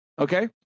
okay